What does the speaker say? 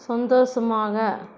சந்தோஷமாக